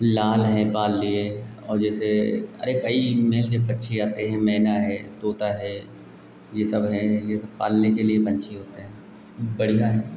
लाल हैं पाल लिए और जैसे अरे कई मेल के पक्षी आते हैं मैना है तोता है यह सब हैं यह सब पालने के लिए पक्षी होते हैं बढ़ियाँ हैं